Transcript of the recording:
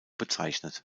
bezeichnet